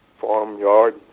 farmyard